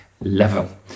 level